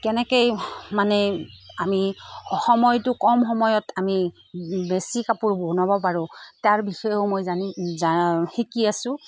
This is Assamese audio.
কেনেকৈ মানে আমি সময়টো কম সময়ত আমি বেছি কাপোৰ বনাব পাৰোঁ তাৰ বিষয়েও মই জানি শিকি আছো